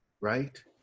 right